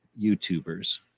YouTubers